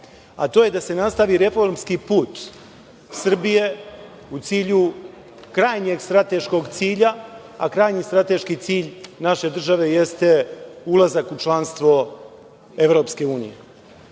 a to je da se nastavi reformski put Srbije u cilju krajnjeg strateškog cilja, a krajnji strateški cilj naše države jeste ulazak u članstvo EU.Imamo